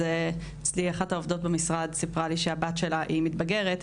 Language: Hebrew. אז אצלי אחת העובדות במשרד סיפרה לי שהבת שלה מתבגרת.